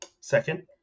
Second